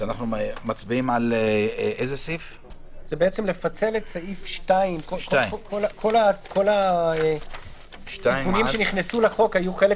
זה לפצל את סעיף 2. כל התיקונים שנכנסנו לחוק היו חלק